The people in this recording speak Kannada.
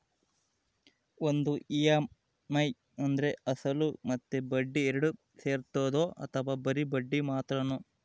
ಒಂದು ಇ.ಎಮ್.ಐ ಅಂದ್ರೆ ಅಸಲು ಮತ್ತೆ ಬಡ್ಡಿ ಎರಡು ಸೇರಿರ್ತದೋ ಅಥವಾ ಬರಿ ಬಡ್ಡಿ ಮಾತ್ರನೋ?